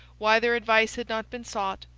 why their advice had not been sought,